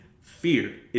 fear